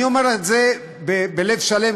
אני אומר את זה בלב שלם,